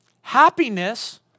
Happiness